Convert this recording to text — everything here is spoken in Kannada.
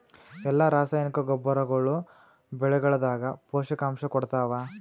ಎಲ್ಲಾ ರಾಸಾಯನಿಕ ಗೊಬ್ಬರಗೊಳ್ಳು ಬೆಳೆಗಳದಾಗ ಪೋಷಕಾಂಶ ಕೊಡತಾವ?